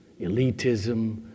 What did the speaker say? elitism